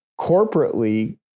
Corporately